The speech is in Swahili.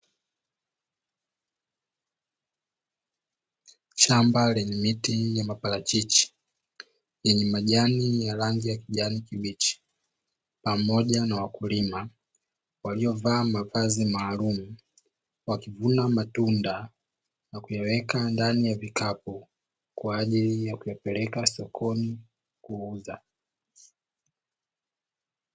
Shamba lenye miti ya maparachichi yenye majani ya rangi ya kijani kibichi, pamoja na wakulima waliovaa mavazi maalumu, wakivuna matunda na kuyaweka ndani ya vikapu kwa ajili ya kuyapeleka sokoni kuuza.